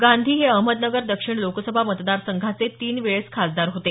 गांधी हे अहमदनगर दक्षिण लोकसभा मतदारसंघाचे तीन वेळेस खासदार होते